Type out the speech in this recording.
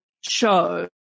show